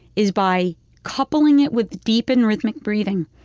is by coupling it with deep and rhythmic breathing,